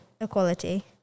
equality